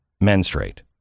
menstruate